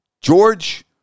George